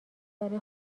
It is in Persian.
برا